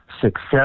Success